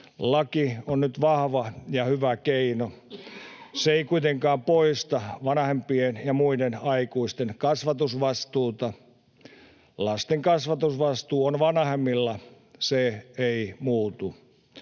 Laki on nyt vahva ja hyvä keino. Se ei kuitenkaan poista vanhempien ja muiden aikuisten kasvatusvastuuta. Lasten kasvatusvastuu on vanhemmilla. Se ei muutu.